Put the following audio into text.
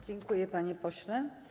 Dziękuję, panie pośle.